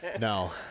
No